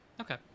okay